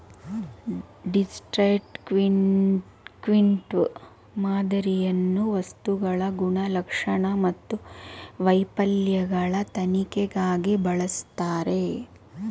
destructive ಮಾದರಿಯನ್ನು ವಸ್ತುಗಳ ಗುಣಲಕ್ಷಣ ಮತ್ತು ವೈಫಲ್ಯಗಳ ತನಿಖೆಗಾಗಿ ಬಳಸ್ತರೆ